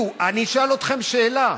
אשאל אתכם שאלה: